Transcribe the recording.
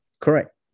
Correct